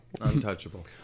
Untouchable